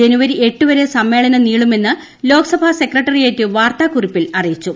ജനുവരി എട്ട് വരെ സൂമ്മേളനം നീളുമെന്ന് ലോക്സഭാ സെക്രട്ടറിയേറ്റ് വാർത്താക്കുറിപ്പിൽ അറിയിച്ചു